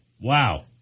Wow